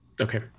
Okay